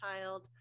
child